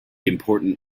important